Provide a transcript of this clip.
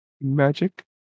Magic